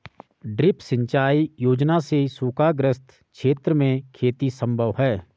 drip सिंचाई योजना से सूखाग्रस्त क्षेत्र में खेती सम्भव है